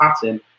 pattern